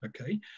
okay